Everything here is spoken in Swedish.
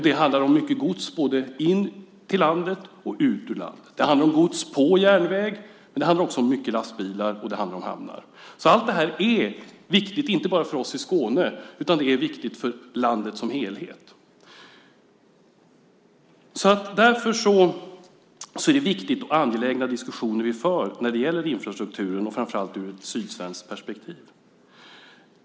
Det handlar om mycket gods, både in i och ut ur landet. Det handlar om gods på järnväg, det handlar om många lastbilar, och det handlar om hamnar. Allt det här är alltså viktigt, inte bara för oss i Skåne, utan det är viktigt för landet som helhet. Det är alltså viktiga och angelägna diskussioner vi för när det gäller infrastrukturen, framför allt ur ett sydsvenskt perspektiv.